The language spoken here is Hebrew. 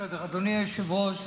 אדוני היושב-ראש,